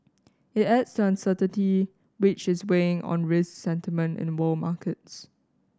it adds to uncertainty which is weighing on risk sentiment in world markets